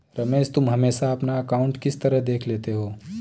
रमेश तुम हमेशा अपना अकांउट किस तरह देख लेते हो?